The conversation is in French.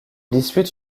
dispute